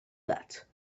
that